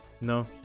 no